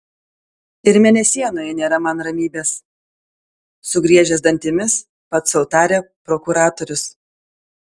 ir mėnesienoje nėra man ramybės sugriežęs dantimis pats sau tarė prokuratorius